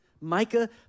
Micah